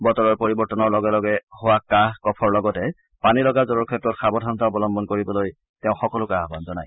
বতৰৰ পৰিবৰ্তনৰ লগে লগে হোৱা কাহ কফৰ লগতে পানীলগা জুৰৰ ক্ষেত্ৰত সাৱধানতা অৱলম্বন কৰিবলৈ তেওঁ সকলোকে আহান জনায়